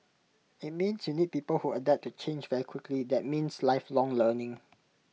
IT means you need people who adapt to change very quickly that means lifelong learning